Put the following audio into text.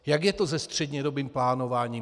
Jak je to se střednědobým plánováním?